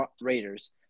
Raiders